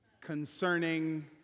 concerning